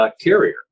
carrier